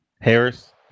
Harris